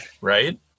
Right